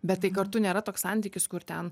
bet tai kartu nėra toks santykis kur ten